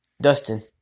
Dustin